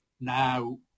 now